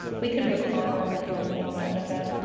we could require or recommend the main phone number.